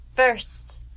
First